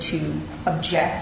to object